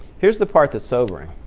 here's the part that's sobering.